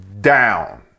down